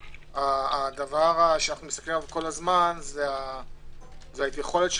הדבר שאני רואה כל הזמן זה היכולת של